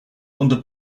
under